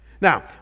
Now